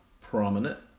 prominent